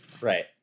Right